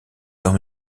dans